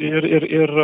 ir ir ir